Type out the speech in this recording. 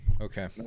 okay